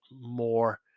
more